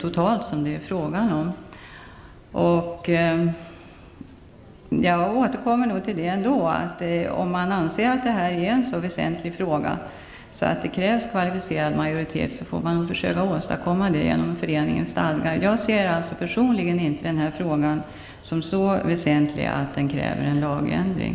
Jag vill återkomma till det som jag tidigare sade, att om man anser detta vara en så väsentlig fråga att det skall krävas kvalificerad majoritet, måste man införa en sådan bestämmelse i föreningens stadgar. Personligen ser jag inte den här frågan som så väsentlig att den kräver en lagändring.